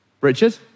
Richard